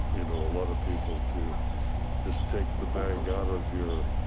you know, a lot of people to just take the bag out of your